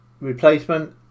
replacement